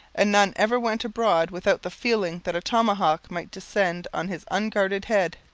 and none ever went abroad without the feeling that a tomahawk might descend on his unguarded head.